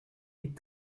est